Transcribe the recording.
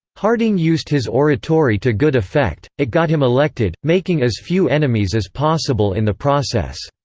harding used his oratory to good effect it got him elected, making as few enemies as possible in the process.